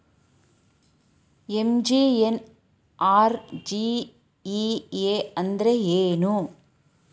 MGNREGA ಅಂದ್ರೆ ಏನು?